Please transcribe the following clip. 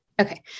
Okay